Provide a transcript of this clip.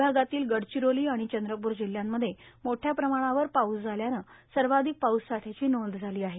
विभागातील गडचिरोली आणि चंद्रपूर जिल्ह्यांमध्ये मोठ्या प्रमाणावर पाऊस झाल्याने सर्वाधिक पाऊससाठ्याची नोंद झाली आहे